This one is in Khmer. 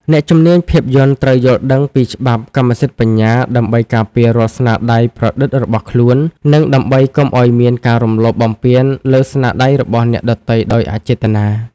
អ្នកជំនាញភាពយន្តត្រូវយល់ដឹងពីច្បាប់កម្មសិទ្ធិបញ្ញា ដើម្បីការពាររាល់ស្នាដៃច្នៃប្រឌិតរបស់ខ្លួន និងដើម្បីកុំឱ្យមានការរំលោភបំពានលើស្នាដៃរបស់អ្នកដទៃដោយអចេតនា។